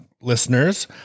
listeners